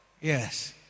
Yes